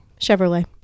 Chevrolet